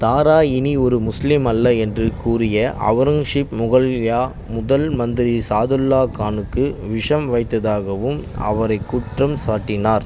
தாரா இனி ஒரு முஸ்லீம் அல்ல என்று கூறிய அவுரங்கசீப் முகல்யா முதல் மந்திரி சாதுல்லா கானுக்கு விஷம் வைத்ததாகவும் அவரைக் குற்றம் சாட்டினார்